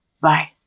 Bye